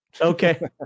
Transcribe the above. okay